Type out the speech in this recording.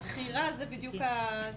לימור סון הר מלך (עוצמה יהודית): הבחירה זה בדיוק ה- נכון,